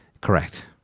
Correct